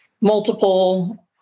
multiple